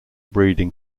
breeding